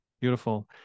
Beautiful